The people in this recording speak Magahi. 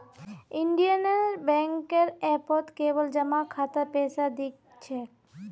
इंडियन बैंकेर ऐपत केवल जमा खातात पैसा दि ख छेक